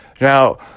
Now